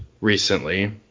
recently